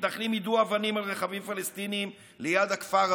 מתנחלים יידו אבנים על רכבים פלסטיניים ליד הכפר,